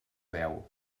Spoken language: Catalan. veu